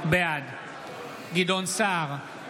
בעד גדעון סער,